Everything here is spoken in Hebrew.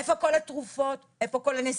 איפה כל התרופות, איפה הנסיעות,